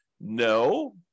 No